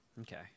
okay